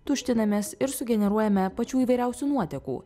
tuštinamės ir sugeneruojame pačių įvairiausių nuotekų